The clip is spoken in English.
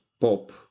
pop